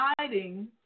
hiding